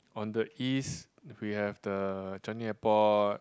on the east we have the Changi Airport